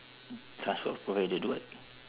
transport provided what